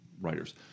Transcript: writers